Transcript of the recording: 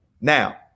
now